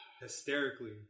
hysterically